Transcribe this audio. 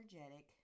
energetic